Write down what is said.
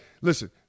listen